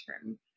term